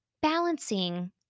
balancing